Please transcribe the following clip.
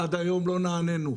ועד היום לא נענינו,